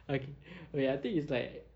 okay wait I think it's like